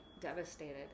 devastated